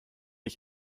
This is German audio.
ich